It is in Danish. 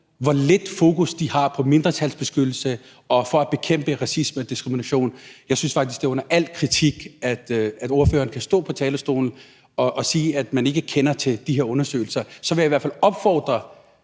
hvor lidt fokus man har på mindretalsbeskyttelse og bekæmpelse af racisme og diskrimination. Jeg synes faktisk, det er under al kritik, at ordføreren kan stå på talerstolen og sige, at man ikke kender til de her undersøgelser. Så vil jeg i hvert fald opfordre